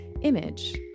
image